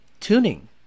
tuning